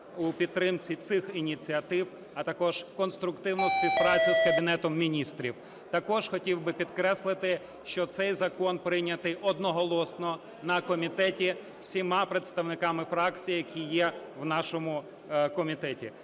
у підтримці цих ініціатив, а також конструктивну співпрацю з Кабінетом Міністрів. Також хотів би підкреслити, що цей закон прийнятий одноголосно на комітеті всіма представниками фракції, які є в нашому комітеті.